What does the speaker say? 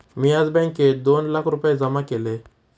मी आज बँकेत दोन लाख रुपये जमा केले